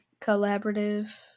collaborative